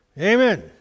Amen